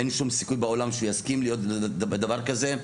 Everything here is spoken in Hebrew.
אין שום סיכוי בעולם שהוא יסכים לדבר כזה.